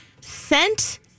sent